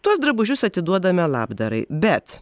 tuos drabužius atiduodame labdarai bet